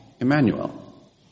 Emmanuel